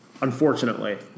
Unfortunately